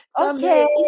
Okay